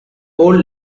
old